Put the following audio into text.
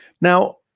Now